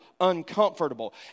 uncomfortable